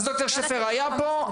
אז פרופסור שפר היה פה,